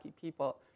people